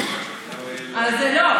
ביטחון, אז, לא.